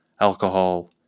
alcohol